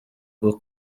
bwo